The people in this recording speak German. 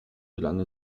gelang